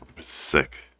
Sick